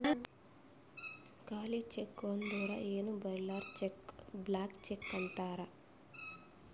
ಖಾಲಿ ಚೆಕ್ ಅಂದುರ್ ಏನೂ ಬರಿಲಾರ್ದು ಚೆಕ್ ಬ್ಲ್ಯಾಂಕ್ ಚೆಕ್ ಅಂತಾರ್